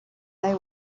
they